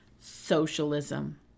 socialism